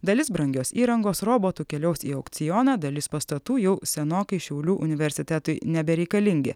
dalis brangios įrangos robotų keliaus į aukcioną dalis pastatų jau senokai šiaulių universitetui nebereikalingi